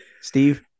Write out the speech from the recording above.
Steve